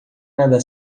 nada